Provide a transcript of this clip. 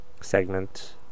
segment